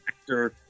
actor